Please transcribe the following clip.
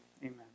Amen